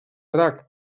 drac